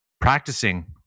practicing